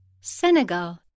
Senegal